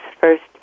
first